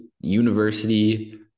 University